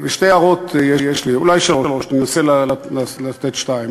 שתי הערות יש לי, אולי שלוש, אני אנסה לתת שתיים.